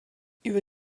über